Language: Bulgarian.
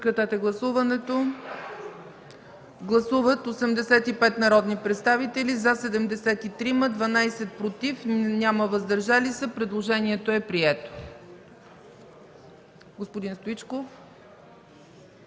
Гласували 78 народни представители: за 75, против 1, въздържали се 2. Предложението е прието.